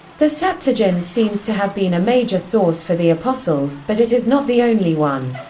the septuagint seems to have been a major source for the apostles, but it is not the only one.